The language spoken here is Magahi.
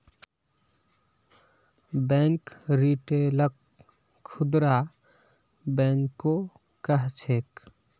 बैंक रिटेलक खुदरा बैंको कह छेक